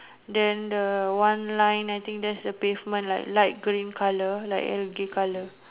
then the one line I think that's the pavement like light green colour like algae colour